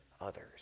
others